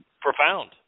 profound